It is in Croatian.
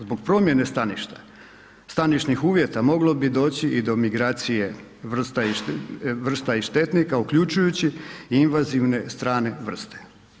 Zbog promjene staništa, stanišnih uvjeta moglo bi doći i do migracije vrsta i štetnika, uključujući i invazivne strane vrste.